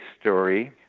story